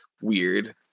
weird